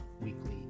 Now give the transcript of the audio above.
Weekly